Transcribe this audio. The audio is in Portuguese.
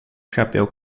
chapéu